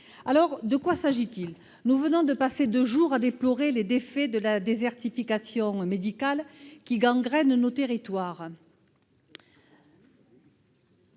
des infirmiers. Nous venons de passer deux jours à déplorer les méfaits de la désertification médicale qui gangrène nos territoires.